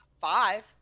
five